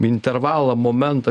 intervalą momentą